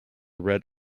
red